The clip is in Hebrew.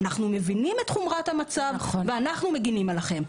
אנחנו מבינים את חומרת המצב ואנחנו מגינים עליהם.